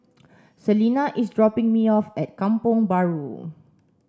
Selena is dropping me off at Kampong Bahru